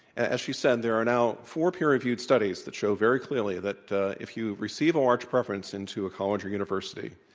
as she said, there are now four peer reviewed studies that show very clearly that if you receive a large preference into a college or university,